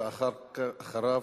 ואחריו,